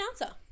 answer